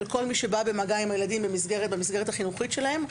כל מי שבא במגע עם הילדים במסגרת החינוכית שלהם,